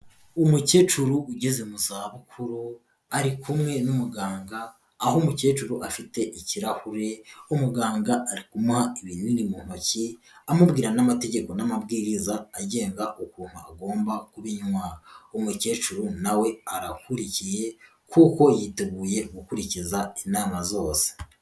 Umukecuru ugeze mu za bukuru ari kumwe n'umuganga aho umukecuru afite ikirahure, umuganga ari kumuha ibinini mu ntoki amubwira n'amategeko n'amabwiriza agenga ukuntu agomba kubinywa, umukecuru na we arakurikiye kuko yiteguye gukurikiza inama zose.